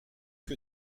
que